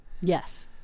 Yes